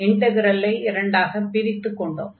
இண்டக்ரலை இரண்டாகப் பிரித்துக் கொண்டோம்